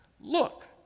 look